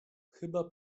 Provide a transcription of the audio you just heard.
chyba